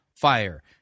fire